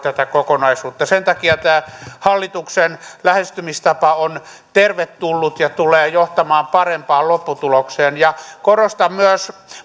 tätä kokonaisuutta sen takia tämä hallituksen lähestymistapa on tervetullut ja tulee johtamaan parempaan lopputulokseen korostan myös